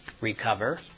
recover